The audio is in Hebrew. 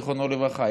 זיכרונו לברכה,